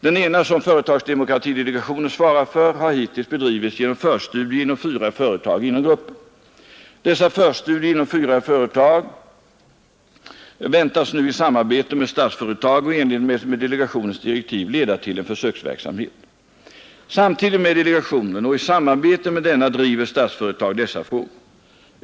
Den ena, som företagsdemokratidelegationen svarar för, har hittills bedrivits genom förstudier vid fyra företag inom gruppen. Dessa förstudier väntas nu i samarbete med Statsföretag och i enlighet med delegationens direktiv leda till en försöksverksamhet. Samtidigt med delegationen och i samarbete med denna driver Statsföretag dessa frågor.